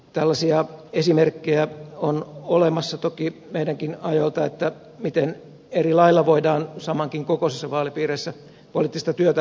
tällaisia esimerkkejä on olemassa toki meidänkin ajoiltamme miten eri lailla voidaan samankokoisissakin vaalipiireissä poliittista työtä organisoida